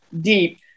deep